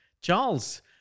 Charles